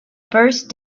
first